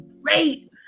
great